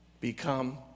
become